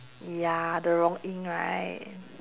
ya the rong yin right